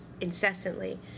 incessantly